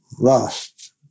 lost